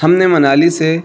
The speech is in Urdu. ہم نے منالی سے